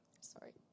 sorry